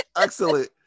Excellent